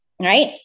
right